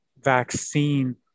vaccine